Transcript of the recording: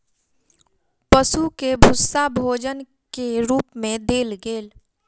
पशु के भूस्सा भोजन के रूप मे देल गेल